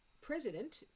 president